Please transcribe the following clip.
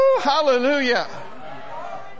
hallelujah